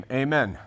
amen